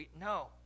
No